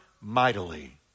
mightily